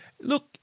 Look